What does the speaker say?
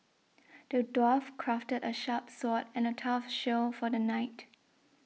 the dwarf crafted a sharp sword and a tough shield for the knight